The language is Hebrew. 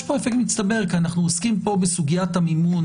יש פה אפקט מצטבר כי אנחנו עוסקים פה בסוגיית המימון.